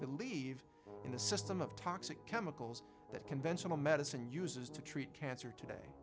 believe in the system of toxic chemicals that conventional medicine uses to treat cancer today